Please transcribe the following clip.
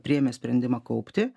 priėmė sprendimą kaupti